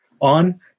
on